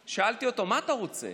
שאלתי אותו: מה אתה רוצה?